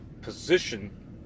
position